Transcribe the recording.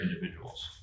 individuals